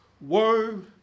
woe